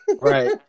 Right